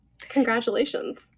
Congratulations